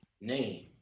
name